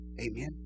Amen